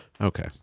Okay